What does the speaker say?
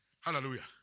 Hallelujah